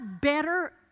better